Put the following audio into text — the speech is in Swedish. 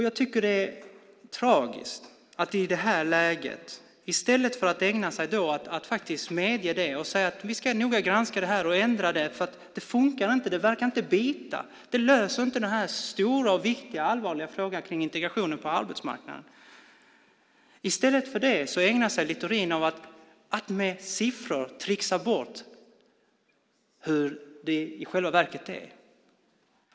Jag tycker att det är tragiskt att Littorin i det här läget, i stället för att faktiskt medge det och säga att vi noga ska granska det här och ändra det därför att det inte funkar, det verkar inte bita, det löser inte den stora, viktiga och allvarliga frågan kring integrationen på arbetsmarknaden, ägnar sig åt att med siffror tricksa bort hur det i själva verket är.